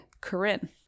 Corinne